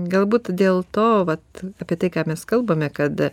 galbūt dėl to vat apie tai ką mes kalbame kad